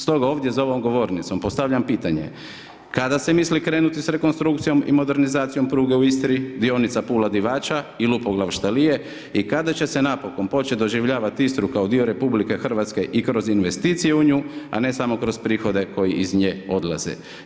Stoga, ovdje za ovom govornicom, postavljam pitanje, kada se misli krenuti s rekonstrukcijom i modernizacijom pruge u Istri, dionice Pula Divača i Lupoglav … i kada će se napokon početi doživljavati Istru kao dio RH i kroz investiciju u nju, a ne samo kroz prihode koji iz nje odlaze.